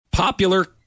Popular